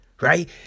right